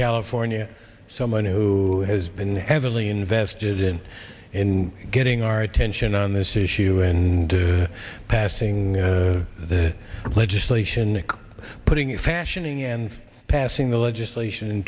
california someone who has been heavily invested in in getting our attention on this issue and passing the legislation putting in fashioning and passing the legislation in